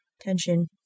tension